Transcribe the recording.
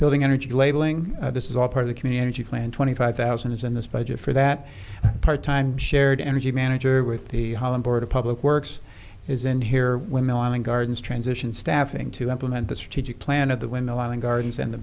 building energy labeling this is all part of the community plan twenty five thousand is in this budget for that part time shared energy manager with the board of public works is in here when milling gardens transition staffing to implement the strategic plan of the window and gardens and the